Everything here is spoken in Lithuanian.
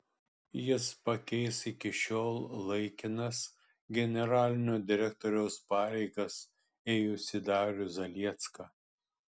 jis pakeis iki šiol laikinas generalinio direktoriaus pareigas ėjusį darių zaliecką